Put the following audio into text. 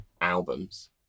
albums